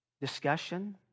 discussion